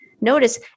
Notice